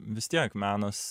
vis tiek menas